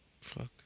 Fuck